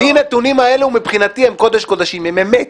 מבחינתי הנתונים האלו הם קודש קודשים, הם אמת.